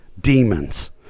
demons